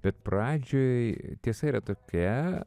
bet pradžioj tiesa yra tokia